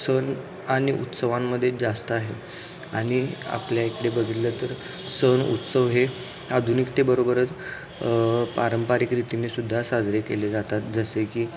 सण आणि उत्सवांमध्ये जास्त आहे आणि आपल्या इकडे बघितलं तर सण उत्सव हे आधुनिकतेबरोबरच पारंपरिक रीतीनेसुद्धा साजरे केले जातात जसे की